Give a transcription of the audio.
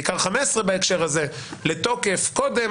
בעיקר 15 בהקשר הזה לתוקף קודם,